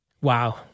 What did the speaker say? Wow